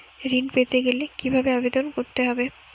ঋণ পেতে গেলে কিভাবে আবেদন করতে হবে?